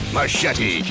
Machete